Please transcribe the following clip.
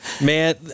man